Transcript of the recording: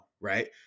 right